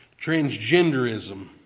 Transgenderism